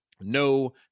no